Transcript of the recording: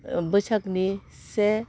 बैसागनि से